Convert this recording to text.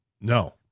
No